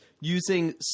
Using